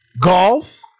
Golf